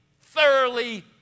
thoroughly